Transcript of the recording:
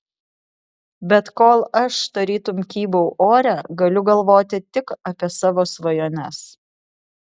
bet kol aš tarytum kybau ore galiu galvoti tik apie savo svajones